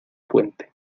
puente